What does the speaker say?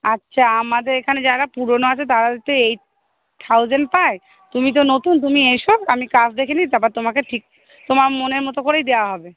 আচ্ছা আমাদের এখানে যারা পুরোনো আছে তাদেরকে তো এইট থাউজেন্ড পায় তুমি তো নতুন তুমি এইসব আমি কাজ দেখে নিই তারপর তোমাকে ঠিক তোমার মনের মতো করেই দেওয়া হবে